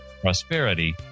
prosperity